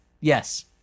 Yes